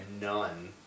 None